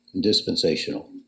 dispensational